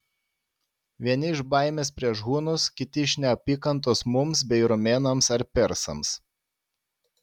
vieni iš baimės prieš hunus kiti iš neapykantos mums bei romėnams ar persams